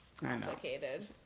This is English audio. complicated